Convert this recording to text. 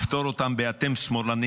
לפטור אותם ב"אתם שמאלנים"